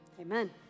Amen